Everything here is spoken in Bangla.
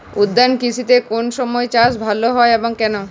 উদ্যান কৃষিতে কোন সময় চাষ ভালো হয় এবং কেনো?